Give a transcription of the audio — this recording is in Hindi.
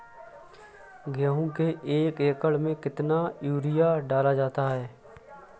गेहूँ के एक एकड़ में कितना यूरिया डाला जाता है?